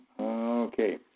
Okay